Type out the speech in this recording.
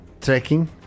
tracking